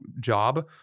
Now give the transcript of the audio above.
job